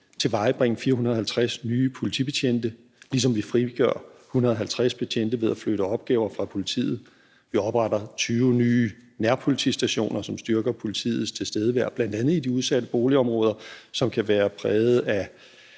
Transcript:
tilvejebringe 450 nye politibetjente, ligesom vi frigør 150 betjente ved at flytte opgaver fra politiet. Vi opretter 20 nye nærpolitistationer, som styrker politiets tilstedeværelse i bl.a. de udsatte boligområder, som kan være præget af